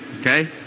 okay